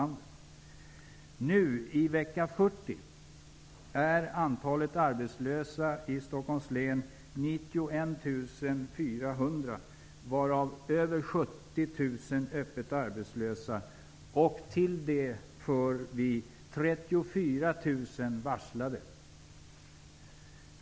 Nu, i vecka 40, är antalet arbetslösa i Stockholms län 91 400, varav över 70 000 öppet arbetslösa. Till det kan vi föra 34 000 varslade.